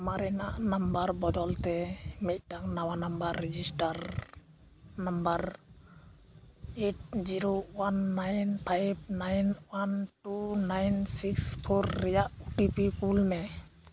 ᱢᱟᱨᱮᱱᱟᱜ ᱱᱟᱢᱵᱟᱨ ᱵᱚᱫᱚᱞᱛᱮ ᱢᱤᱫᱴᱟᱝ ᱱᱟᱣᱟ number register number eight zero one nine five nine one two nine six four ᱨᱮᱭᱟᱜ ᱳ ᱴᱤ ᱯᱤ ᱠᱩᱞᱢᱮ